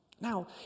Now